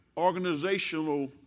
Organizational